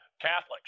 Catholics